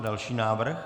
Další návrh.